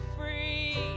free